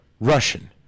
Russian